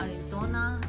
Arizona